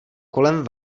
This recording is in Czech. kolem